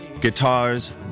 Guitars